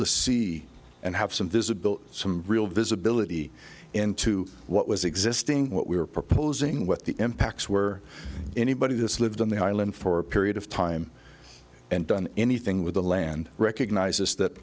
to see and have some visible some real visibility into what was existing what we were proposing what the impacts were anybody this lived on the island for a period of time and done anything with the land recognizes that